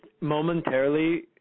momentarily